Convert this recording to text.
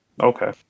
okay